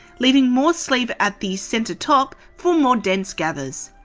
leaving more sleeve at the centre top for more dense gathers.